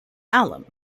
alum